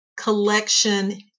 collection